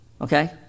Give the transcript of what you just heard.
Okay